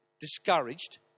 discouraged